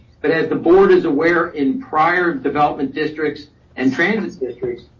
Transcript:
but as the board is aware in prior development districts and transit districts,